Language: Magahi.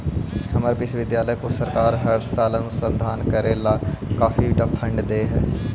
हमर विश्वविद्यालय को सरकार हर साल अनुसंधान करे ला काफी फंड दे हई